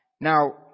Now